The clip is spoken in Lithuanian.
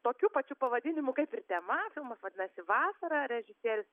tokiu pačiu pavadinimu kaip ir tema filmas vadinasi vasara režisierius